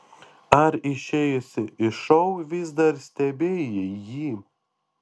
ar išėjusi iš šou vis dar stebėjai jį